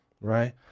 right